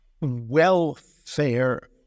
welfare